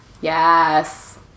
Yes